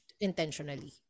intentionally